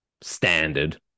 standard